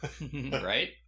Right